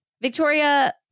Victoria